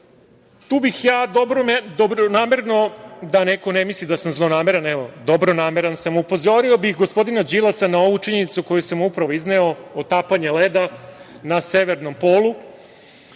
bih dobronamerno, da neko ne misli da sam zlonameran, evo, dobronameran sam, upozorio gospodina Đilasa na ovu činjenicu koju sam upravo izneo – otapanje leda na Severnom polu.